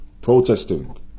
protesting